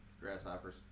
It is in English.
Grasshoppers